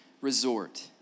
resort